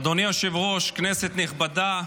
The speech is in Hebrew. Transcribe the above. אדוני היושב-ראש, כנסת נכבדה,